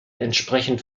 entsprechend